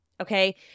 okay